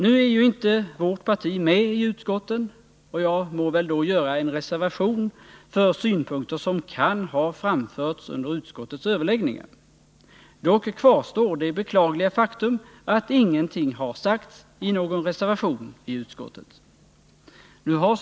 Nu är ju inte vårt parti med i utskotten, och jag må väl då göra en reservation för synpunkter som kan ha framförts under utskottets överläggningar. Dock kvarstår det beklagliga faktum att ingenting har sagts i någon reservation till utskottsbetänkandet.